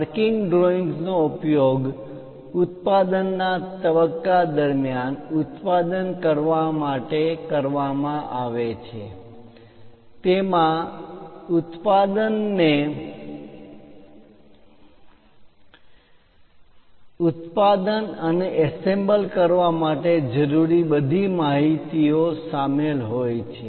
working drawings નો ઉપયોગ ઉત્પાદનના તબક્કા દરમિયાન ઉત્પાદન કરવા માટે કરવામાં આવે છે તેમાં તે ડ્રોઇંગ્સ માં ઉત્પાદનને ઉત્પાદન અને એસેમ્બલ સંયોજન કરવા માટે જરૂરી બધી માહિતી ઓ શામેલ હોય છે